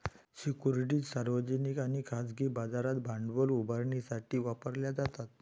securities सार्वजनिक आणि खाजगी बाजारात भांडवल उभारण्यासाठी वापरल्या जातात